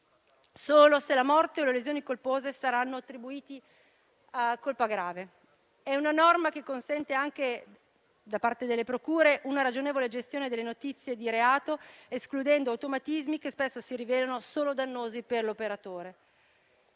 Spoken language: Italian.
solo se la morte o le lesioni colpose saranno attribuiti a colpa grave. È una norma che consente anche da parte delle procure una ragionevole gestione delle notizie di reato, escludendo automatismi che spesso si rivelano solo dannosi per l'operatore.